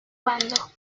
bando